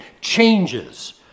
changes